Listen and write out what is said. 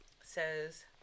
Says